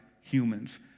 humans